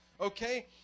Okay